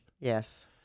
Yes